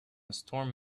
storm